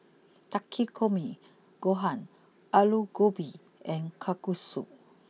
Takikomi Gohan Alu Gobi and Kalguksu